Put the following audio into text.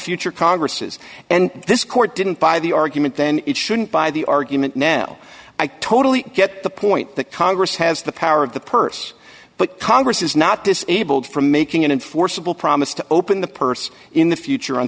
future congresses and this court didn't buy the argument then it shouldn't buy the argument now i totally get the point that congress has the power of the purse but congress is not disabled from making an enforceable promise to open the purse in the future